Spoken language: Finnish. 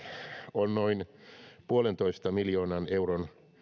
on noin puolentoista miljoonan euron